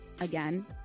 again